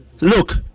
Look